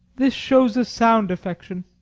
this shows a sound affection.